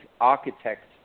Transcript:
architect